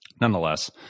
nonetheless